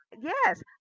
yes